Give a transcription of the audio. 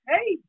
Hey